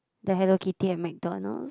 the Hello Kitty at MacDonald